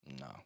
No